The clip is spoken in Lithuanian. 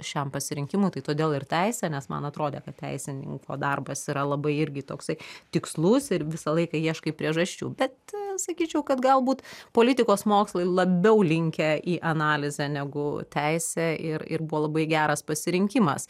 šiam pasirinkimui tai todėl ir teisė nes man atrodė kad teisininko darbas yra labai irgi toksai tikslus ir visą laiką ieškai priežasčių bet sakyčiau kad galbūt politikos mokslai labiau linkę į analizę negu teisė ir ir buvo labai geras pasirinkimas